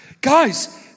Guys